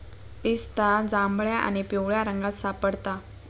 पिस्ता जांभळ्या आणि पिवळ्या रंगात सापडता